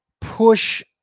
push